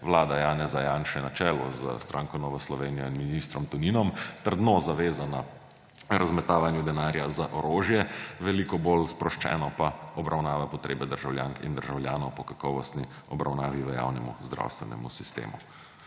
vlada Janeza Janše na čelu s stranko Nova Slovenija ter ministrom Toninom trdno zavezana razmetavanju denarja za orožje, veliko bolj sproščeno pa obravnava potrebe državljank in državljanov po kakovostni obravnavi v javnem zdravstvenem sistemu.